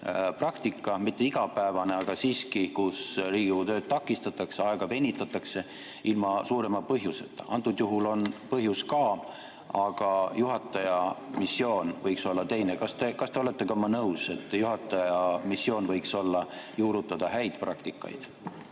praktika, mitte igapäevane, aga siiski, kui Riigikogu tööd takistatakse, aega venitatakse ilma suurema põhjuseta. Antud juhul on põhjus ka, aga juhataja missioon võiks olla teine. Kas te olete minuga nõus, et juhataja missioon võiks olla heade praktikate